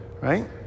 right